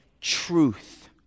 truth